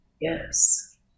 Yes